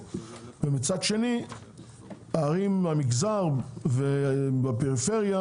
ומצד שני הערים במגזר ובפריפריה,